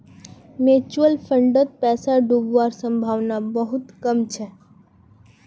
mutual फंडत पैसा डूबवार संभावना बहुत कम छ